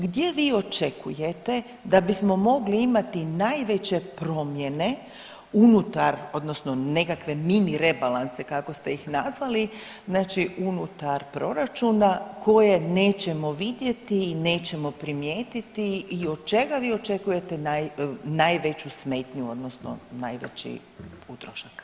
Gdje vi očekujete da bismo mogli imati najveće promjene unutar odnosno nekakve mini rebalanse kako ste ih nazvali znači unutar proračuna koje nećemo vidjeti i nećemo primijetiti i od čega vi očekujete najveću smetnju odnosno najveći trošak.